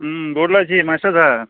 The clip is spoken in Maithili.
हूॅं बोलै छी मास्टर साहेब